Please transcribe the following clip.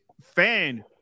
fan